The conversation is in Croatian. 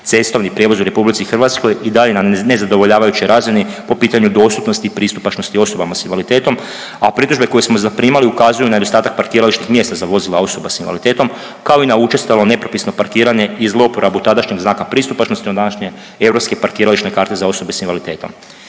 cestovni prijevoz u RH i dalje na nezadovoljavajućoj razini po pitanju dostupnosti i pristupačnosti osobama s invaliditetom, a pritužbe koje smo zaprimali ukazuju na nedostatak parkirališnih mjesta za vozila osoba s invaliditetom kao i na učestalo nepropisno parkiranje i zlouporabu tadašnjeg znaka pristupačnosti do današnje europske parkirališne karte za osobe s invaliditetom.